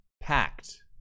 packed